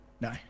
No